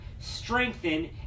strengthen